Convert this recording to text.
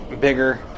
bigger